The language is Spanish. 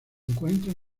encuentra